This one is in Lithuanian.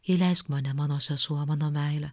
įleisk mane mano sesuo mano meile